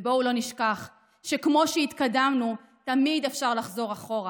ובואו לא נשכח שכמו שהתקדמנו תמיד אפשר לחזור אחורה,